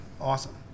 Awesome